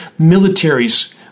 militaries